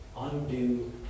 undo